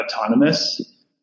autonomous